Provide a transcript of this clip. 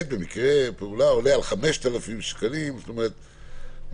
זאת אומרת,